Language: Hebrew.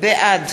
בעד